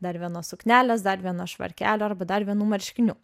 dar vienos suknelės dar vieno švarkelio arba dar vienų marškinių